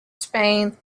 spain